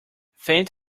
faint